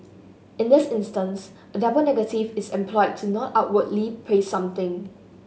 in this instance a double negative is employed to not outwardly praise something